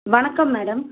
வணக்கம் மேடம்